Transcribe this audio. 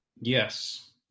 Yes